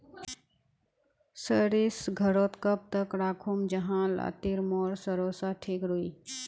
सरिस घोरोत कब तक राखुम जाहा लात्तिर मोर सरोसा ठिक रुई?